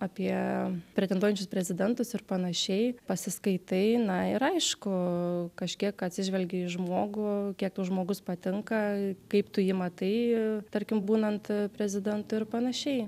apie pretenduojančius prezidentus ir panašiai pasiskaitai na ir aišku kažkiek atsižvelgi į žmogų kiek tau žmogus patinka kaip tu jį matai tarkim būnant prezidentu ir panašiai